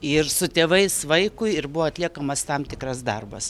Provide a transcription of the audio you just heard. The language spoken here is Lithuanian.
ir su tėvais vaikui ir buvo atliekamas tam tikras darbas